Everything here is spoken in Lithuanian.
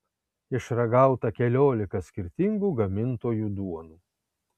išragauta keliolika skirtingų gamintojų duonų